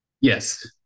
yes